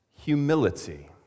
humility